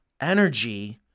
energy